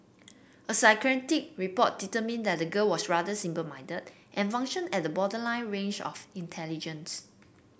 a psychiatric report determined that the girl was rather simple minded and functioned at the borderline range of intelligence